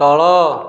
ତଳ